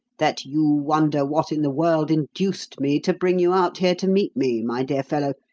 that you wonder what in the world induced me to bring you out here to meet me, my dear fellow,